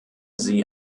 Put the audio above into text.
sie